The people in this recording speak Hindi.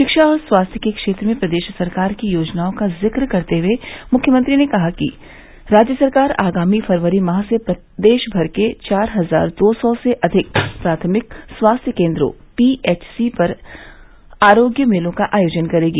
शिक्षा और स्वास्थ्य के क्षेत्र में प्रदेश सरकार की योजनाओं का जिक्र करते हुए मुख्यमंत्री ने कहा कि राज्य सरकार आगामी फरवरी माह से प्रदेश भर के चार हजार दो सौ से अधिक प्राथमिक स्वास्थ्य केंद्रों पी एच र्सी पर आरोग्य मेलों का आयोजन करेगी